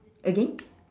again